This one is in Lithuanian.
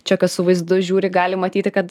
čia kas su vaizdu žiūri gali matyti kad